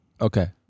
Okay